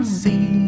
see